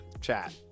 Chat